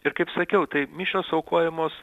ir kaip sakiau tai mišios aukojamos